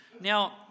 Now